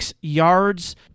yards